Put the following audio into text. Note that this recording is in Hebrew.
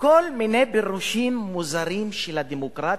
כל מיני פירושים מוזרים של הדמוקרטיה,